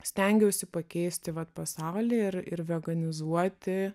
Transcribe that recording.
stengiausi pakeisti vat pasaulį ir ir veganizuoti